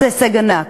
איזה הישג ענק.